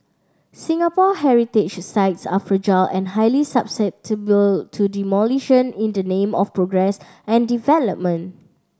Singapore heritage sites are fragile and highly susceptible to to demolition in the name of progress and development